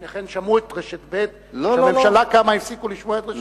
לפני כן שמעו את רשת ב' וכשהממשלה קמה הפסיקו לשמוע את רשת ב'?